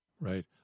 Right